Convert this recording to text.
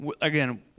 again